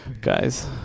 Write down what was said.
Guys